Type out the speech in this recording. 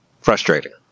Frustrating